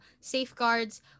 safeguards